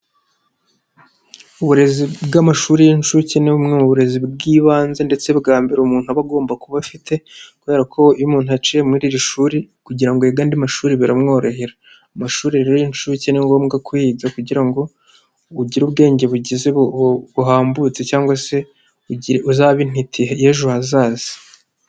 Uburezi bw'amashuri y'incuke ni bumwe mu burezi bw'ibanze ndetse bwa mbere umuntu aba agomba kuba afite, kubera ko iyo umuntu aciye muri iri shuri kugira ngo yige andi mashuri biramworohera. Amashuri rero y'inshuke ni ngombwa kuyiga kugira ngo ugire ubwenge buhambutse cyangwa se uzabe intiti y'ejo hazaza.